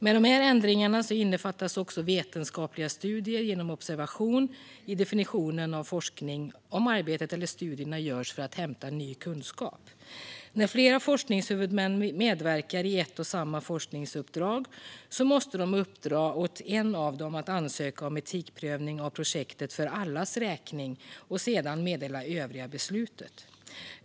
Med ändringarna innefattas också vetenskapliga studier genom observation i definitionen av forskning om arbetet eller studierna görs för att hämta ny kunskap. När flera forskningshuvudmän medverkar i ett och samma forskningsprojekt måste de uppdra åt en av dem att ansöka om etikprövning av projektet för allas räkning och sedan meddela övriga om beslutet.